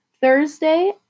Thursday